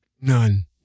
None